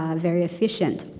ah very efficient.